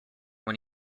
when